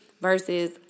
versus